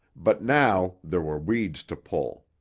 but now there were weeds to pull.